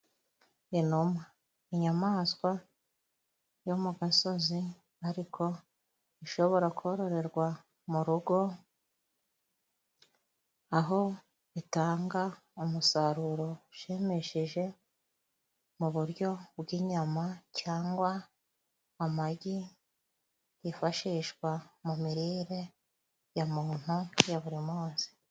Inuma, inyamaswa yo mu gasozi ariko ishobora kororerwa mu rugo, aho itanga umusaruro ushimishije mu buryo bw'inyama cyangwa amagi yifashishwa mu mirire ya muntu ya buri munsi.